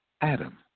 Adam